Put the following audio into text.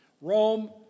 Rome